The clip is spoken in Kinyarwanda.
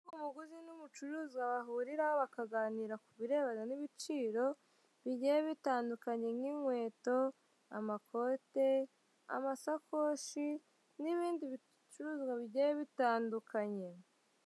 Urubuga, umuguzi n'umucuruzi bahuriraho bakaganira ku birebana n'ibiciro bigiye bitandukanye nk'inkweto, amakote, amashakoshi n'ibindi bicuruzwa bigiye bitandukanye.